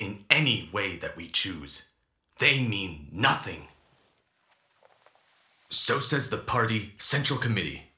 in any way that we choose they mean nothing so says the party central committee